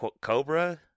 Cobra